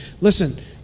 listen—